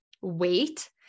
wait